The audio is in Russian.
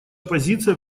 позиция